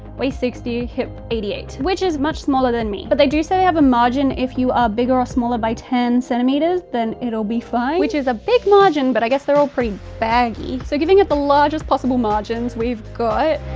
waist sixty, hip eighty eight. which is much smaller than me. but they do say they have a margin if you are bigger or smaller by ten centimeters, then it'll be fine. which is a big margin, but i guess they're all pretty baggy. so giving it the largest possible margins we've got,